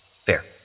Fair